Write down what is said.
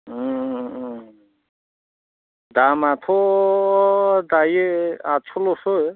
दामआथ' दायो आतस'ल'सो